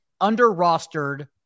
under-rostered